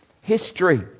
history